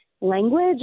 language